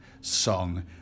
song